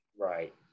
Right